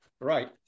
Right